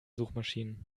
suchmaschinen